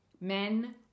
Men